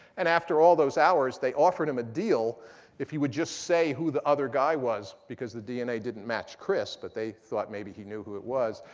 and after all those hours, they offered him a deal if he would just say who the other guy was, because the dna didn't match crisp. but they thought maybe he knew it was.